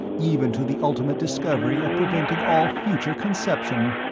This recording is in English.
even to the ultimate discovery of preventing all future conception.